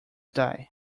die